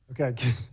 Okay